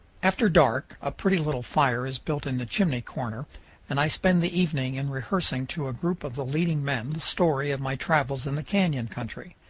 after dark a pretty little fire is built in the chimney corner and i spend the evening in rehearsing to a group of the leading men the story of my travels in the canyon country.